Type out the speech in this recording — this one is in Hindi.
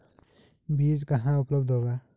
बीज कहाँ उपलब्ध होगा?